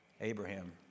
Abraham